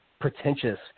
pretentious